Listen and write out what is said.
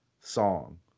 song